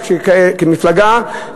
כמפלגה,